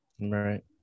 right